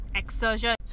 exertion